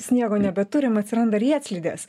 sniego nebeturim atsiranda riedslidės